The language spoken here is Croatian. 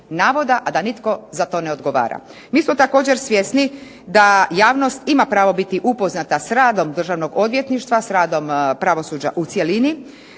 navoda, a da nitko za to ne odgovara. Mi smo također svjesni da javnost ima pravo biti upoznata s radom Državnog odvjetništva, s radom pravosuđa u cjelini,